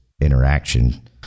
interaction